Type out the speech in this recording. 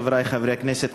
חברי חברי הכנסת,